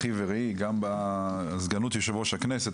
אחי ורעי, וגם על תפקיד סגן יושב-ראש הכנסת.